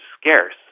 scarce